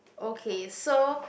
okay so